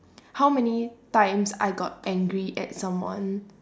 how many times I got angry at someone